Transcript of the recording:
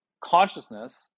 consciousness